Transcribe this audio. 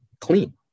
clean